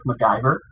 MacGyver